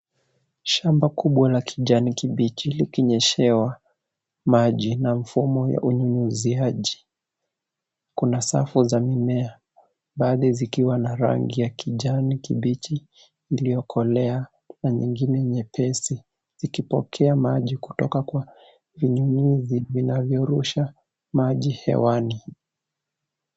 Shamba kubwa la kijani kibichi likinyeshewa maji na mfumo wa unyunyuziaji. Kuna safu za mimea, baadhi zikiwa na rangi ya kijani kibichi iliyokolea na zingine zikiwa nyepesi, zik receiving maji kutoka kwa vinyunyuzio vinavyorusha maji hewani.